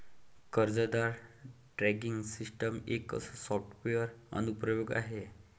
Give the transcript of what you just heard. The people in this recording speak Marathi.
अर्जदार ट्रॅकिंग सिस्टम एक सॉफ्टवेअर अनुप्रयोग आहे